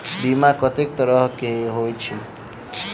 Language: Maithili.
बीमा कत्तेक तरह कऽ होइत छी?